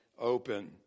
open